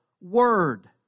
word